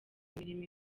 imirimo